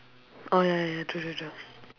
oh ya ya ya true true true